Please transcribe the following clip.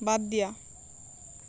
বাদ দিয়া